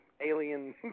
alien